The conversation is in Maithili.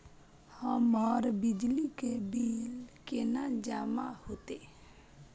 हमर बिजली के बिल केना जमा होते?